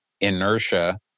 inertia